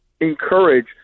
encourage